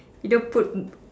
you don't put